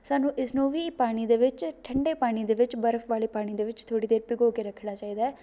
ਸਾਨੂੰ ਇਸ ਨੂੰ ਵੀ ਪਾਣੀ ਦੇ ਵਿੱਚ ਠੰਡੇ ਪਾਣੀ ਦੇ ਵਿੱਚ ਬਰਫ਼ ਵਾਲੇ ਪਾਣੀ ਦੇ ਵਿੱਚ ਥੋੜ੍ਹੀ ਦੇਰ ਭਿੱਗੋ ਕੇ ਰੱਖਣਾ ਚਾਹੀਦਾ ਹੈ